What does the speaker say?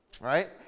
Right